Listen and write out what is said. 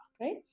right